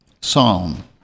Psalm